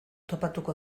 topatuko